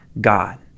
God